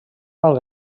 alt